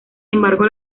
embargo